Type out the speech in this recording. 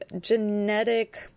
genetic